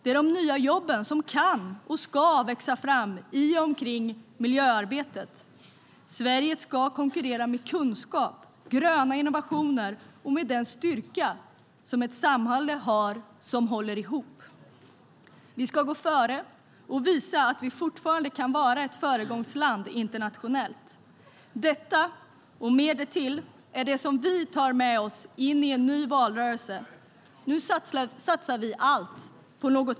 Det är de nya jobben som kan och ska växa fram i och omkring miljöarbetet. Sverige ska konkurrera med kunskap, gröna innovationer och med den styrka som ett samhälle som håller ihop har.